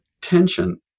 tension